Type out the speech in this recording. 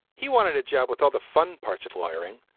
he wanted a job with all the fun parts of wiring,